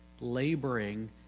laboring